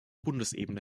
bundesebene